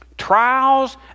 trials